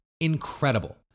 incredible